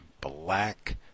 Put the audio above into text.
black